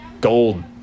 gold